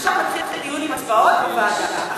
עכשיו מתחיל דיון עם הצבעות בוועדה.